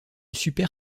super